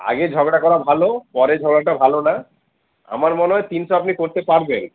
আগে ঝগড়া করা ভালো পরে ঝগড়াটা ভালো না আমার মনে হয় তিনশো আপনি করতে পারবেন